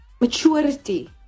maturity